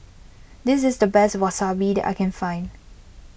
this is the best Wasabi that I can find